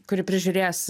kuri prižiūrės